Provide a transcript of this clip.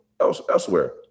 elsewhere